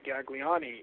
Gagliani